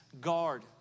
guard